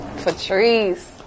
Patrice